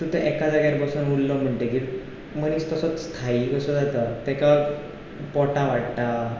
तूं तर एका जाग्यार बसून उरलो म्हणटकीर मनीस तसोच घाइ कसो जाता ताका पोटां वाडटा